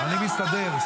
אני מסתדר.